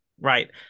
right